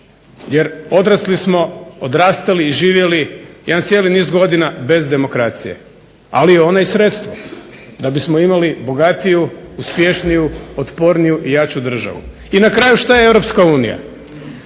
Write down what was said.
Jer odrasli smo, odrastali i živjeli jedan cijeli niz godina bez demokracije. Ali je ona i sredstvo da bismo imali bogatiju, uspješniju, otporniju i jaču državu. I na kraju što je Europska unija?